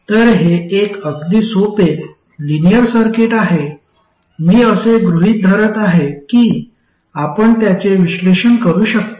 तर हे एक अगदी सोपे लिनिअर सर्किट आहे मी असे गृहीत धरत आहे की आपण त्याचे विश्लेषण करू शकतो